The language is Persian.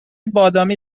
بادامی